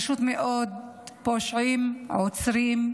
פשוט מאוד פושעים עוצרים,